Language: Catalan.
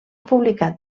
publicat